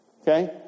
Okay